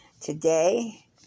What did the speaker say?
today